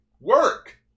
work